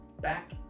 back